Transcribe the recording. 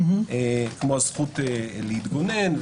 כמו הזכות להתגונן,